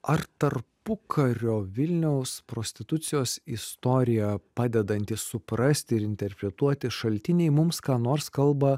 ar tarpukario vilniaus prostitucijos istoriją padedanti suprasti ir interpretuoti šaltiniai mums ką nors kalba